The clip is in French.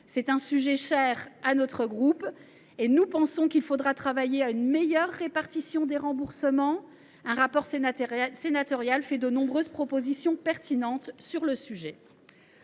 sujet est cher à notre groupe. Nous pensons qu’il faudra travailler à une meilleure répartition des remboursements. Un rapport sénatorial fait de nombreuses propositions pertinentes en la